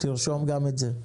תרשום גם את זה.